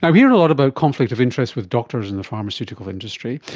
um hear a lot about conflict of interest with doctors and the pharmaceutical industry.